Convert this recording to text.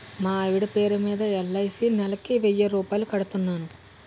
మా ఆవిడ పేరు మీద ఎల్.ఐ.సి నెలకు వెయ్యి రూపాయలు కడుతున్నాను